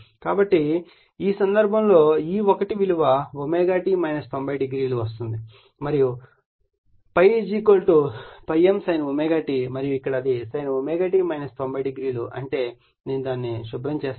కాబట్టి ఈ సందర్భంలో E1 విలువ ω t 90o వస్తుంది మరియు అంటే ∅ ∅m sin ω t మరియు ఇక్కడ అది sin ω t 90 o అంటే నేను దానిని శుభ్రం చేస్తాను